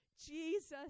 Jesus